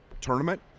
tournament